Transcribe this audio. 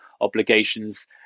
obligations